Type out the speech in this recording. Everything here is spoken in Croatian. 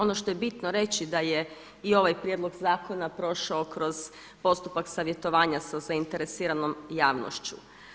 Ono što je bitno reći da je i ovaj prijedlog zakona prošao kroz postupak savjetovanja sa zainteresiranom javnošću.